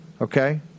Okay